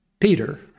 Peter